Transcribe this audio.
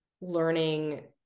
learning